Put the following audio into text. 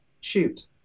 Shoot